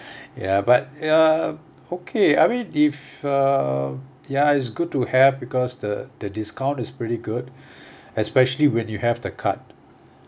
ya but ya okay I mean if uh ya it's good to have because the the discount is pretty good especially when you have the card